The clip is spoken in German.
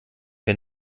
wir